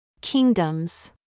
Kingdoms